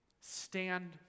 Stand